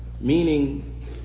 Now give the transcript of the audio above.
Meaning